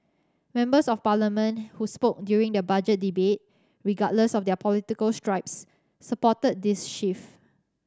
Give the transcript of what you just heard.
members of Parliament who spoke during the Budget debate regardless of their political stripes supported this shift